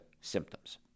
symptoms